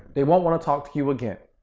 they won't want to talk to you again.